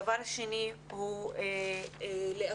הדבר השני הוא לאשר